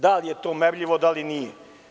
Da li je to merljivo, da li nije?